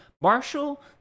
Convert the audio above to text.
Marshall